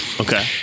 Okay